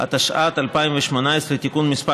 (תיקון מס'